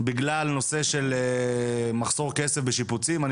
בגלל נושא של מחסור כסף לשיפוצים אני